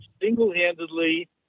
single-handedly